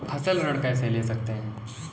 फसल ऋण कैसे ले सकते हैं?